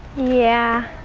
yeah.